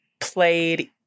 played